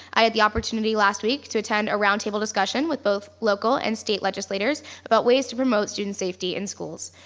i had the opportunity last week to attend a round table discussion with both local and state legislators about ways to promote student safety in schools.